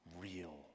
real